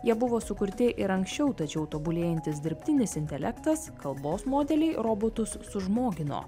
jie buvo sukurti ir anksčiau tačiau tobulėjantis dirbtinis intelektas kalbos modeliai robotus sužmogino